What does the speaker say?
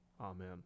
amen